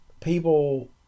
people